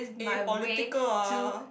eh political ah